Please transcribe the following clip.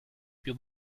più